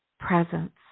presence